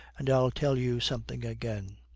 and i'll tell you something again.